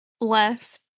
less